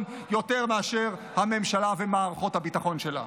יותר מאשר הממשלה ומערכות הביטחון שלנו.